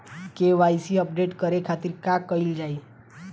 KYC update करे के खातिर का कइल जाइ?